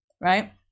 right